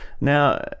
Now